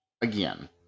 again